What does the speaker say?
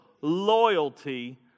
loyalty